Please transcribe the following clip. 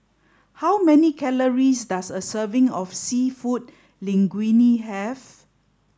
how many calories does a serving of Seafood Linguine have